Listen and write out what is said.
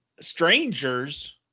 Strangers